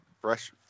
Fresh